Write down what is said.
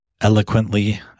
eloquently